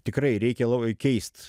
tikrai reikia labai keist